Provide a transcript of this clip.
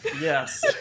Yes